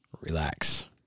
Relax